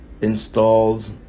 installs